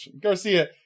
Garcia